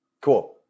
cool